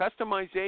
customization